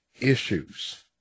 issues